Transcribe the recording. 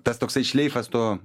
tas toksai šleifas to